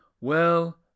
Well